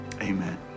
amen